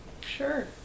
sure